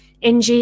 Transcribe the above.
NG